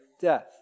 death